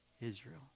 Israel